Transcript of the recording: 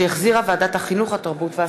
שהחזירה ועדת החינוך, התרבות והספורט.